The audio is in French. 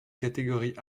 catégorie